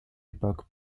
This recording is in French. époque